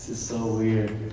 so weird.